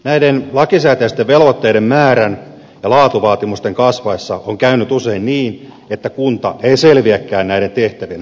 näiden lakisääteisten velvoitteiden määrän ja laatuvaatimusten kasvaessa on käynyt usein niin että kunta ei selviäkään näiden tehtävien hoidosta